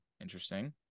Interesting